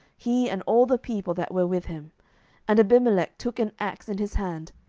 he and all the people that were with him and abimelech took an axe in his hand,